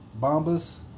Bombas